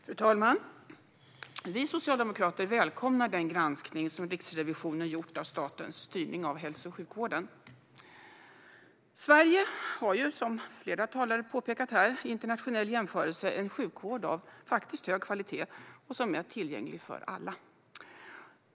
Fru talman! Vi socialdemokrater välkomnar den granskning som Riksrevisionen gjort av statens styrning av hälso och sjukvården. Som flera talare har påpekat har Sverige i en internationell jämförelse en sjukvård av hög kvalitet, som är tillgänglig för alla.